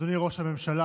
אדוני ראש הממשלה,